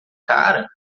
cara